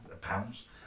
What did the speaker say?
pounds